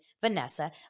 Vanessa